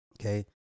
Okay